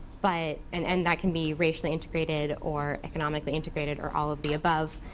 but and and that can be racially integrated or economically integrated or all of the above.